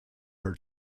her